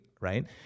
right